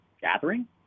gathering